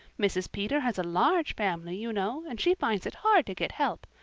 mrs. peter has a large family, you know, and she finds it hard to get help.